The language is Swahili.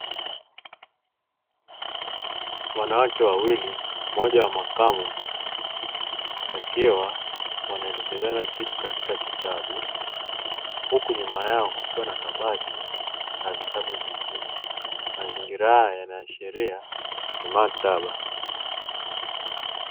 Wanawake wawili mmoja wa makamo wakiwa wanaelekezana kitu katika kitabu huku nyuma yao kukiwa na kabati na vitabu vingine, mazingira haya yanaashiria ni maktaba.